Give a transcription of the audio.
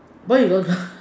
why you don't